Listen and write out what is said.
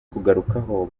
kugarukaho